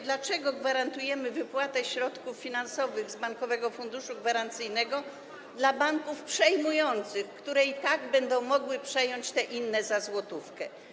Dlaczego gwarantujemy wypłatę środków finansowych z Bankowego Funduszu Gwarancyjnego dla banków przejmujących, które i tak będą mogły przejąć te inne za złotówkę?